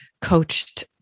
coached